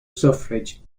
suffrage